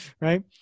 right